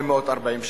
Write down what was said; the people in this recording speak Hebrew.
6,840 שקל.